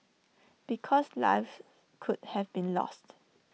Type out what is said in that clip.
because lives could have been lost